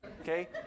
okay